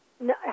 No